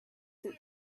that